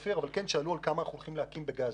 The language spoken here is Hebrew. שאלו כמה אנחנו הולכים להקים בגז.